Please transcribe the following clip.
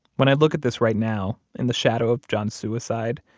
when i look at this right now in the shadow of john's suicide,